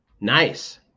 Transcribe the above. nice